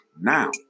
now